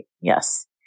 Yes